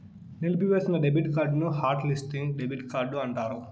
నిలిపివేసిన డెబిట్ కార్డుని hot listing debit card అంటారు